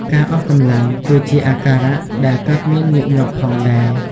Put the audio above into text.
ការអស់កម្លាំង គឺជាអាការៈដែលកើតមានញឹកញាប់ផងដែរ។